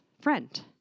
friend